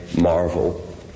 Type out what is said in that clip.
marvel